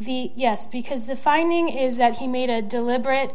the yes because the finding is that he made a deliberate